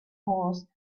horse